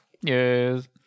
Yes